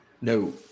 No